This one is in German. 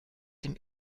dem